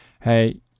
hey